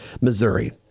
Missouri